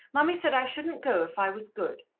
mummy said i shouldn't go if i was good.